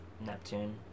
Neptune